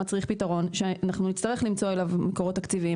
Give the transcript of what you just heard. מצריך פתרון שאנחנו נצטרך למצוא עבורו מקורות תקציבים,